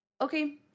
Okay